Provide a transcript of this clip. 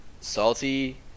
salty